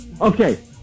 Okay